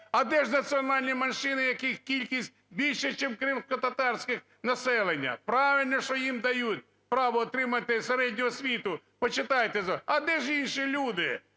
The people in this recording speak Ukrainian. А де ж національні меншини, яких кількість більше, ніж кримськотатарського населення? Правильно, що їм дають право отримати середню освіту. Почитайте. А де ж інші люди